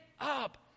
up